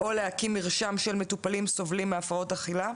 או להקים מרשם של מטופלים סובלים מהפרעות אכילה.